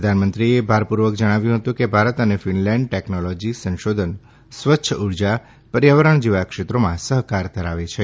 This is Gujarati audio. પ્રધાનમંત્રીએ ભારપૂર્વક જણાવ્યું હતું કે ભારત અને ફિનલેંડ ટેકનોલોજી સંશોધન સ્વચ્છ ઉર્જા પર્યાવરણ જેવા ક્ષેત્રોમાં સહકાર ધરાવે છે